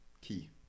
key